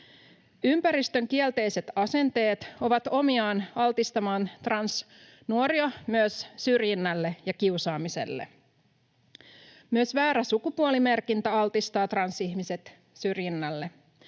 Ympäristön kielteiset asenteet ovat omiaan altistamaan transnuoria myös syrjinnälle ja kiusaamiselle. Myös väärä sukupuolimerkintä altistaa transihmiset syrjinnälle.